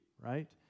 right